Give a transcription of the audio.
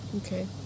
Okay